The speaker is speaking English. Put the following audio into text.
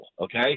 Okay